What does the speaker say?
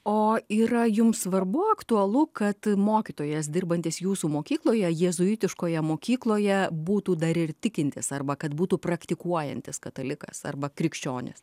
o yra jums svarbu aktualu kad mokytojas dirbantis jūsų mokykloje jėzuitiškoje mokykloje būtų dar ir tikintis arba kad būtų praktikuojantis katalikas arba krikščionis